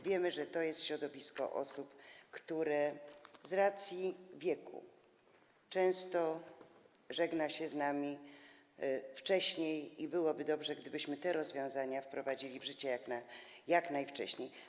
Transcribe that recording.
Wiemy, że to jest środowisko osób, które z racji wieku często żegnają się z nami wcześniej, i byłoby dobrze, gdybyśmy te rozwiązania wprowadzili w życie jak najwcześniej.